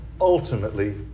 ultimately